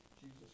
Jesus